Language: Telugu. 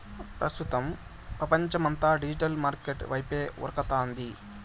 ప్రస్తుతం పపంచమంతా డిజిటల్ మార్కెట్ వైపే ఉరకతాంది